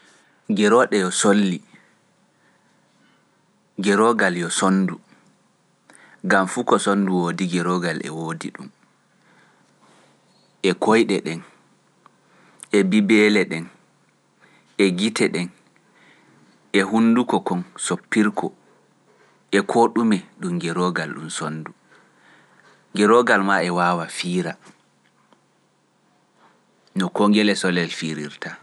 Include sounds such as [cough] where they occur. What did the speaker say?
[noise] Gerooɗe yo solli, gerooɗal yo sonndu, ngam fu ko sonndu woodi, gerooɗal e woodi ɗum, e koyɗe ɗen, e bibeele ɗen, e gite ɗen, e hunnduko kon sopirko, e koo ɗume ɗum geroogal ɗum sonndu. Geroogal maa e waawa fiira, no koo ngele solel fiirirta.